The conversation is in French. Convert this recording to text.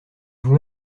vous